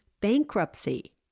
bankruptcy